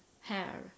hair